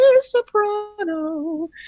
soprano